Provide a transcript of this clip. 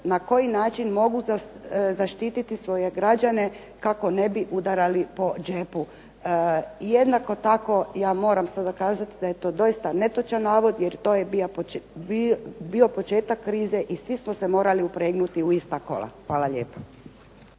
na koji način mogu zaštiti svoje građane kako ne bi udarali po džepu. Jednako tako ja moram sada kazati da je to doista netočan navod, jer to je bio početak krize i svi smo se morali upregnuti u ista kola. Hvala lijepo.